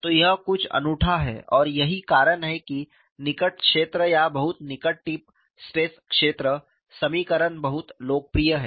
तो यह कुछ अनूठा है और यही कारण है कि निकट क्षेत्र या बहुत निकट टिप स्ट्रेस क्षेत्र समीकरण बहुत लोकप्रिय हैं